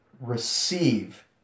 receive